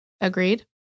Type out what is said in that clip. Agreed